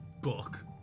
book